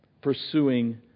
pursuing